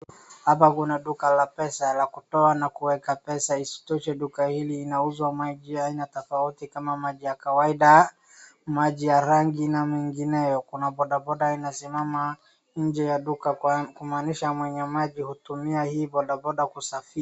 Hapa kuna duka la pesa la kutoa na kuweka pesa. Isitoshe duka hili inauzwa ya maji aina tofauti kama maji ya kawaida ,maji ya rangi na mengineo. Kuna bodaboda imesimama nje ya duka kumaanisha mwenye maji hutumia hii bodaboda kusafiri.